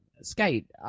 skate